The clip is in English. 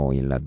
il